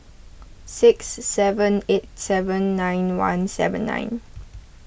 six seven eight seven nine one seven nine